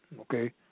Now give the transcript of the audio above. Okay